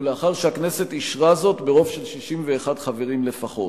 ולאחר שהכנסת אישרה זאת ברוב של 61 חברים לפחות.